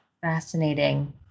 fascinating